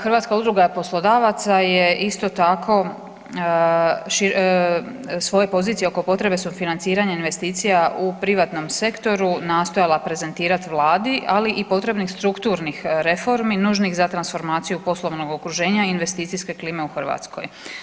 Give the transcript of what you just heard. Hrvatska udruga poslodavaca je isto tako svoje pozicije oko potrebe sufinanciranja investicija u privatnom sektoru nastojala prezentirati Vladi, ali i potrebnih strukturnih reformi nužnih za transformaciju poslovnog okruženja i investicijske klime u Hrvatskoj.